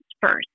first